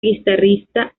guitarrista